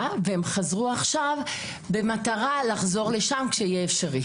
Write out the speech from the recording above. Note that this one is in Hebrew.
וחזרו עכשיו במטרה לחזור לשם כשיהיה אפשר.